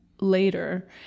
later